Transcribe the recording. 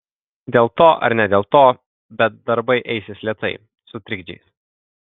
dėl to ar ne dėl to bet darbai eisis lėtai su trikdžiais